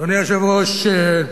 אדוני היושב-ראש,